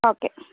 okay